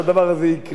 הקואליציה.